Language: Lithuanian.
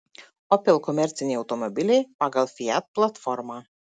opel komerciniai automobiliai pagal fiat platformą